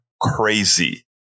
crazy